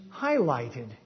highlighted